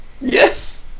Yes